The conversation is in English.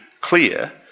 clear